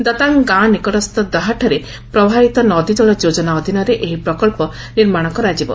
ଦତାଙ୍ଗ ଗାଁ ନିକଟସ୍ଥ ଦାହ୍ଠାରେ ପ୍ରବାହିତ ନଦୀକଳ ଯୋଜନା ଅଧୀନରେ ଏହି ପ୍ରକଳ୍ପ ନିର୍ମାଣ କରାଯିବ